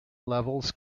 levels